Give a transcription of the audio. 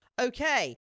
Okay